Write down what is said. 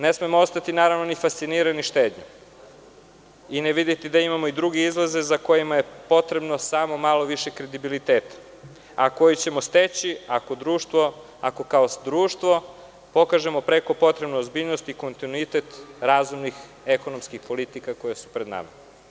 Ne smemo ostati ni fascinirani štednjom i ne videti da imamo i druge izlaze za koje je potrebno samo malo više kredibiliteta, a koji ćemo steći ako kao društvo pokažemo preko potrebnu ozbiljnost i kontinuitet razumnih ekonomskih politika koje su pred nama.